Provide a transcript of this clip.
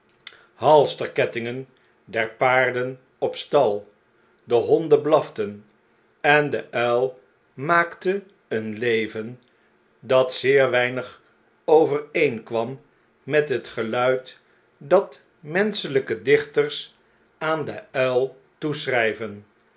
halsterkettingen der paarden op stal de honden blaften en de uil maakte een leven dat zeer weinig overeenkwam met het geluid dat menschelijke dichters aan den uil